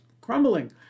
crumbling